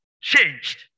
changed